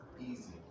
easy